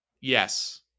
yes